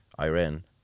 iran